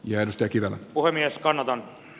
jertecillä puhemies kannalta on